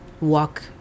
walk